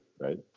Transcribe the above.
right